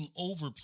over